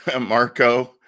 Marco